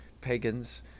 pagans